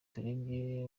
turebye